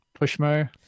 Pushmo